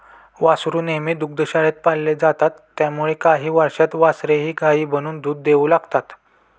वासरू नेहमी दुग्धशाळेत पाळले जातात त्यामुळे काही वर्षांत वासरेही गायी बनून दूध देऊ लागतात